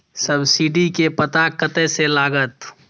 Subsidy के पता कतय से लागत?